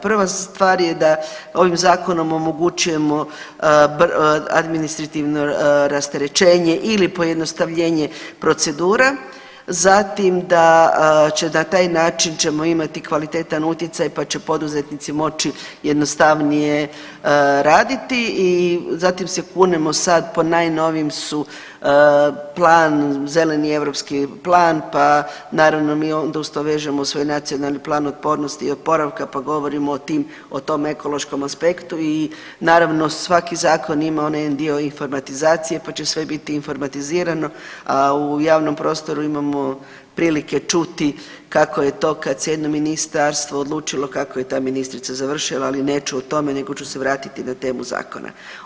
Prva stvar je da ovim zakonom omogućujemo administrativno rasterećenje ili pojednostavljenje procedura, zatim da će, na taj način ćemo imati kvalitetan utjecaj, pa će poduzetnici moći jednostavnije raditi i zatim se kunemo sad pod najnovijim su plan, zeleni europski plan, pa naravno mi onda uz to vežemo svoj NPOO, pa govorimo o tim, o tom ekološkom aspektu i naravno svaki zakon ima onaj jedan dio informatizacije, pa će sve bit informatizirano, a u javnom prostoru imamo prilike čuti kako je to kad se jedno ministarstvo odlučilo kako je ta ministrica završila , ali neću o tome nego ću se vratiti na temu zakona.